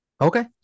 Okay